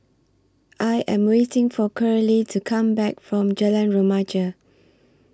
I Am waiting For Curley to Come Back from Jalan Remaja